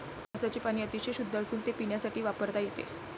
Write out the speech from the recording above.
पावसाचे पाणी अतिशय शुद्ध असून ते पिण्यासाठी वापरता येते